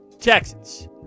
Texans